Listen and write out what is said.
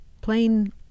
plain